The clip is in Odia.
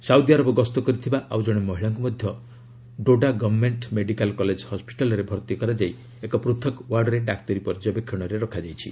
ସାଉଦି ଆରବ ଗସ୍ତ କରିଥିବା ଆଉ ଜଣେ ମହିଳାଙ୍କୁ ମଧ୍ୟ ଡୋଡ଼ା ଗଭର୍ଷମେଣ୍ଟ ମେଡିକାଲ୍ କଲେଜ ହସ୍କିଟାଲ୍ରେ ଭର୍ତ୍ତି କରାଯାଇ ଏକ ପୃଥକ୍ ଓ୍ୱାର୍ଡ଼ରେ ଡାକ୍ତରୀ ପର୍ଯ୍ୟବେକ୍ଷଣରେ ରଖାଯାଇଛି